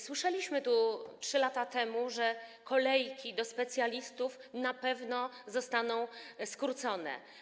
Słyszeliśmy tu 3 lata temu, że kolejki do specjalistów na pewno zostaną skrócone.